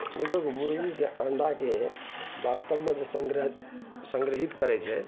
देखू मुर्गीके अंडाके बास्तबमे जे सङ्ग्रह सङ्ग्रहित करैत छै